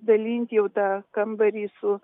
dalint jau tą kambarį su